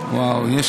יש